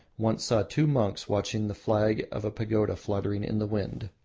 once saw two monks watching the flag of a pagoda fluttering in the wind.